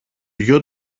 γιο